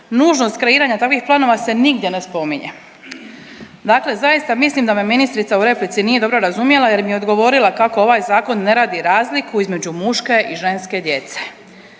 nužnost kreiranja takvih planova se nigdje ne spominje. Dakle zaista mislim da me ministrica u replici nije dobro razumjela jer mi je odgovorila kako ovaj zakon ne radi razliku između muške i ženske djece.